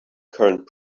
current